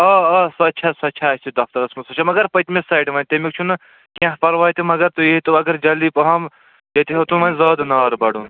آ آ سۄ چھےٚ سۄ چھےٚ اَسہِ دفترَس منٛز سۄ چھِ مگر پٔتمِس سایڈ وۅنۍ تمیُک چھُ نہٕ کیٚنٛہہ پَرواے تہٕ مگر تُہی ییٖتو اگر جلدی پہَم ییٚتہِ ہیوٚتُن وۅنۍ زیادٕ نار بَڈُن